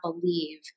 believe